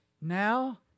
Now